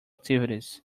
activities